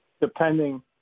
depending